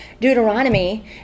Deuteronomy